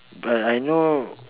but I know